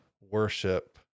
worship